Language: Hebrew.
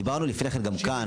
דיברנו לפני כן גם כאן.